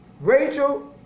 Rachel